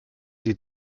sie